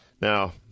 Now